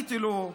עניתי לו: